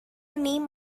name